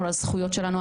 על הזכויות שלנו,